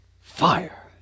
Fire